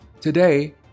Today